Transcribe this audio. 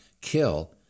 kill